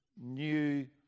new